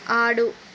ఆడు